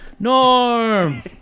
Norm